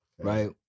right